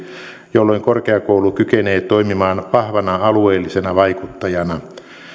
jolloin korkeakoulu kykenee toimimaan vahvana alueellisena vaikuttajana